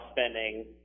spending